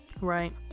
right